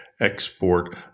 export